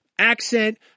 Accent